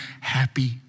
happy